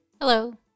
Hello